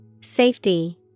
Safety